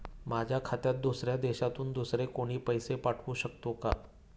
माझ्या खात्यात दुसऱ्या देशातून दुसरे कोणी पैसे पाठवू शकतो का?